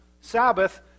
Sabbath